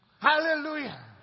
Hallelujah